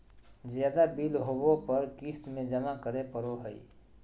ज्यादा बिल होबो पर क़िस्त में जमा करे पड़ो हइ